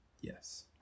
yes